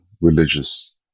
religious